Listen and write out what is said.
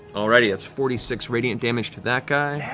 all righty, that's four d six radiant damage to that guy.